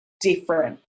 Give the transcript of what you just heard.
different